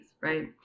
right